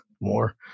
more